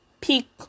peak